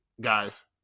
guys